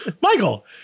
Michael